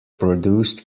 produced